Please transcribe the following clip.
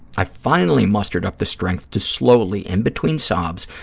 i finally mustered up the strength to slowly, in between sobs,